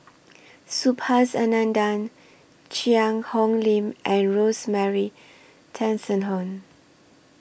Subhas Anandan Cheang Hong Lim and Rosemary Tessensohn